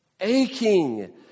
Aching